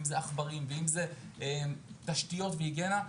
אם זה עכברים ואם זה תשתיות והיגיינה.